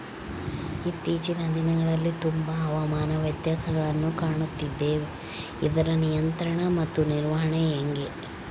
ಇತ್ತೇಚಿನ ದಿನಗಳಲ್ಲಿ ತುಂಬಾ ಹವಾಮಾನ ವ್ಯತ್ಯಾಸಗಳನ್ನು ಕಾಣುತ್ತಿದ್ದೇವೆ ಇದರ ನಿಯಂತ್ರಣ ಮತ್ತು ನಿರ್ವಹಣೆ ಹೆಂಗೆ?